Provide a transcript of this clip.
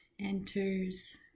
enters